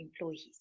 employees